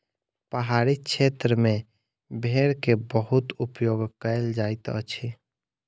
पहाड़ी क्षेत्र में भेड़ के बहुत उपयोग कयल जाइत अछि